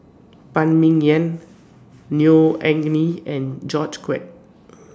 Phan Ming Yen Neo Anngee and George Quek